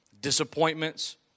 disappointments